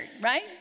right